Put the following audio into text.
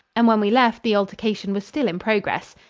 and when we left the altercation was still in progress.